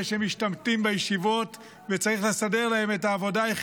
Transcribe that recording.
שמשתמטים בישיבות וצריך לסדר להם את העבודה,